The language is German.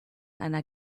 einer